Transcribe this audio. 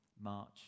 March